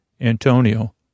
Antonio